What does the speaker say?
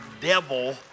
devil